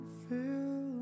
feel